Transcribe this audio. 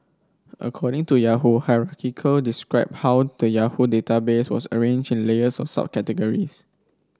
according to Yahoo described how the Yahoo databases was arranged in layers of subcategories